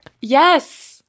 Yes